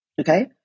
Okay